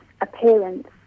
appearance